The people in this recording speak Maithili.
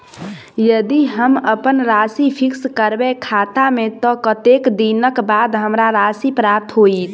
यदि हम अप्पन राशि फिक्स करबै खाता मे तऽ कत्तेक दिनक बाद हमरा राशि प्राप्त होइत?